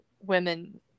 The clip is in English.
women